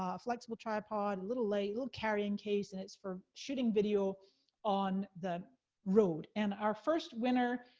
ah flexible tripod, little light, little carrying case, and it's for shooting video on the road. and our first winner,